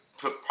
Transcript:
put